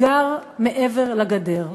גר מעבר לגדר.